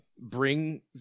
bring